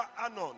Anon